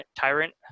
Tyrant